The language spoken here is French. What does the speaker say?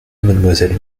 mademoiselle